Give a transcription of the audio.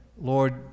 Lord